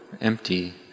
empty